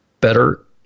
Better